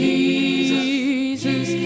Jesus